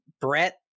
brett